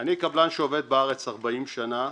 אני קבלן שעובד בארץ 40 שנה,